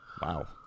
Wow